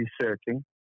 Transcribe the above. researching